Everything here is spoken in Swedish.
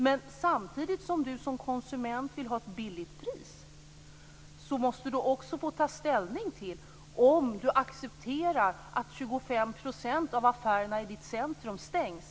Men samtidigt som du som konsument vill ha ett billigt pris måste du få ta ställning till om du accepterar att 25 % av affärerna i ditt centrum stängs.